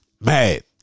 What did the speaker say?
mad